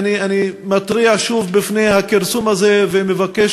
אני מתריע שוב מפני הכרסום הזה ומבקש